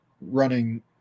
running